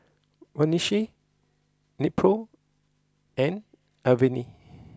Vagisil Nepro and Avene